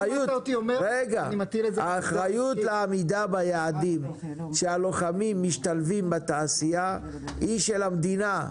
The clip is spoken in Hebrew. אבל האחריות לעמידה ביעדים שהלוחמים משתלבים בתעשייה היא של המדינה,